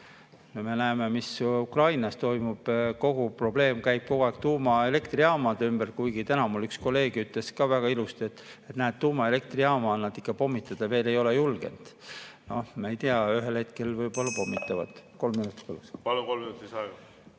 Me näeme, mis Ukrainas toimub. Kogu probleem on kogu aeg tuumaelektrijaamade ümber, kuigi täna üks kolleeg ütles ka väga ilusti, et näed, tuumaelektrijaama nad pommitada ikka veel ei ole julgenud. Me ei tea, ühel hetkel võib-olla pommitavad. (Juhataja